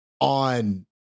on